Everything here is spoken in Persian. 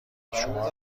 شما